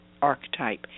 archetype